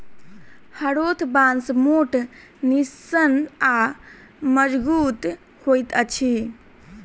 हरोथ बाँस मोट, निस्सन आ मजगुत होइत अछि